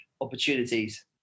opportunities